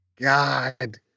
God